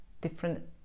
different